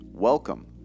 Welcome